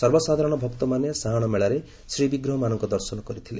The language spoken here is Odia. ସର୍ବସାଧାରଣ ଭକ୍ତମାନେ ସାହାଣମେଳାରେ ଶ୍ରୀବିଗ୍ରହମାନଙ୍କ ଦର୍ଶନ କରିଥିଲେ